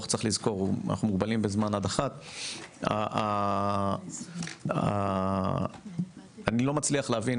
- אנו מוגבלים בזמן עד 13:00. אני לא מבין,